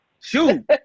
shoot